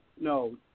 no